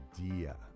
idea